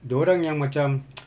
dia orang yang macam